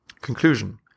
Conclusion